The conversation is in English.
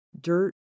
dirt